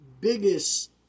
biggest